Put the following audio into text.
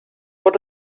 what